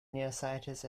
nearsighted